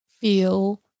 feel